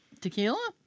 Tequila